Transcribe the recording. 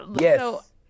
yes